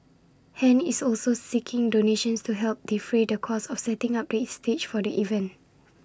han is also seeking donations to help defray the cost of setting up the stage for the event